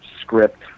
script